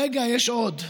רגע, יש עוד.